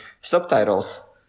subtitles